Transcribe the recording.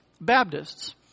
Baptists